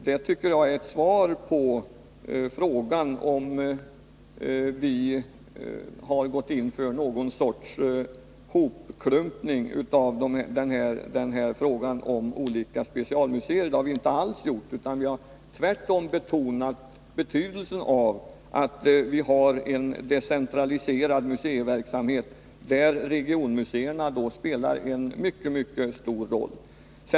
Jag tycker det är ett svar på frågan om vi har gått in för någon sorts hopklumpning av olika specialmuseer. Det har vi inte alls gjort, utan vi har tvärtom betonat betydelsen av att vi har en decentraliserad museiverksamhet, där regionmuseerna spelar en mycket stor roll.